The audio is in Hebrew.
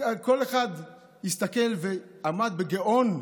כל אחד הסתכל ועמד בגאון,